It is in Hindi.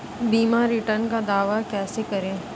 बीमा रिटर्न का दावा कैसे करें?